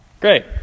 Great